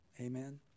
Amen